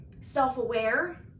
self-aware